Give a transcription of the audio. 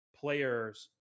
players